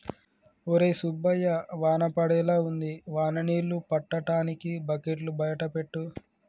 ఒరై సుబ్బయ్య వాన పడేలా ఉంది వాన నీళ్ళు పట్టటానికి బకెట్లు బయట పెట్టు